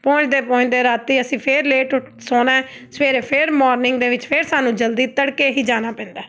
ਪਹੁੰਚਦੇ ਪਹੁੰਚਦੇ ਰਾਤ ਅਸੀਂ ਫਿਰ ਲੇਟ ਉ ਸੋਣਾ ਸਵੇਰੇ ਫਿਰ ਮੋਰਨਿੰਗ ਦੇ ਵਿੱਚ ਫਿਰ ਸਾਨੂੰ ਜਲਦੀ ਤੜਕੇ ਹੀ ਜਾਣਾ ਪੈਂਦਾ